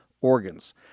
organs